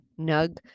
nug